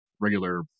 regular